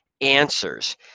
answers